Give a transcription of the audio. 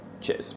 Cheers